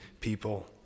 people